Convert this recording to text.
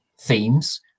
themes